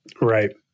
Right